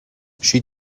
she